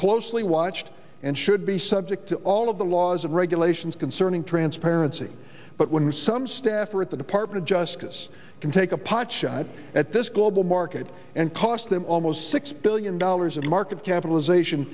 closely watched and should be subject to all of the laws and regulations concerning transparency but when some staffer at the department of justice can take a potshot at this global market and cost them almost six billion dollars of market capitalization